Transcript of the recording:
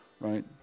right